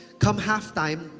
come halftime,